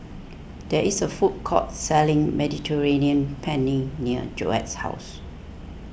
there is a food court selling Mediterranean Penne near Joette's house